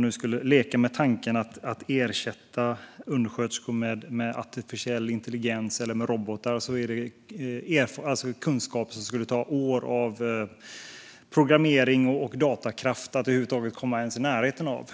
man skulle leka med tanken att ersätta undersköterskor med artificiell intelligens eller robotar är det kunskaper som det skulle ta år av programmering och mängder av datakraft att över huvud taget ens komma i närheten av.